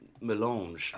Melange